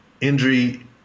injury